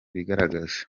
bigaragaze